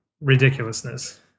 ridiculousness